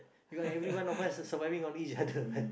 because everyone of us surviving on each other